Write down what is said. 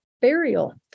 burial